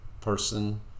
person